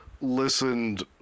Listened